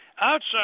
Outside